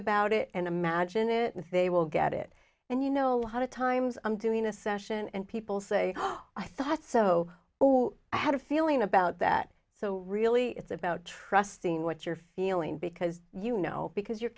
about it and imagine it and they will get it and you know a lot of times i'm doing a session and people say oh i thought so oh i had a feeling about that so really it's about trusting what you're feeling because you know because you're